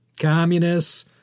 communists